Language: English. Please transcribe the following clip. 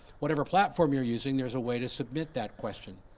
whatever platform you're using, there's a way to submit that question.